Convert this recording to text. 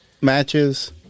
matches